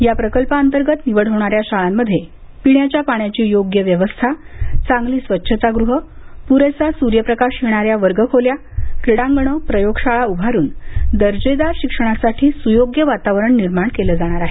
या प्रकल्पाअंतर्गत निवड होणाऱ्या शाळांमध्ये पिण्याच्या पाण्याची योग्य व्यवस्था चांगली स्वच्छतागृहं पुरेसा सूर्यप्रकाश येणाऱ्या वर्गखोल्या क्रीडांगणं प्रयोगशाळा उभारून दर्जेदार शिक्षणासाठी स्योग्य वातावरण निर्माण केलं जाणार आहे